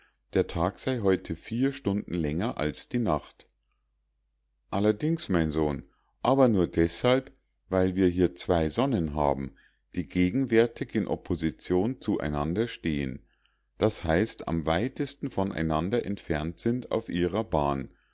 der tag sei heute vier stunden länger als die nacht allerdings mein sohn aber nur deshalb weil wir hier zwei sonnen haben die gegenwärtig in opposition zu einander stehen das heißt am weitesten von einander entfernt sind auf ihrer bahn